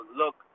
look